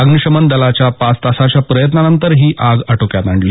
अग्नीशमन दलानं पाच तासांच्या प्रयत्नानंतर ही आग आटोक्यात आणली